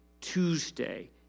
Tuesday